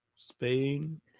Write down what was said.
Spain